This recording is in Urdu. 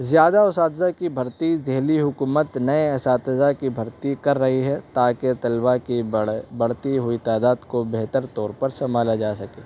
زیادہ اساتذہ کی بھرتی دہلی حکومت نئے اساتذہ کی بھرتی کر رہی ہے تاکہ طلبا کی بڑھتی ہوئی تعداد کو بہتر طور پر سنبھالا جا سکے